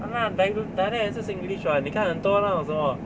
!hanna! dia~ dialect 也是 singlish [what] 妳看很多那种什么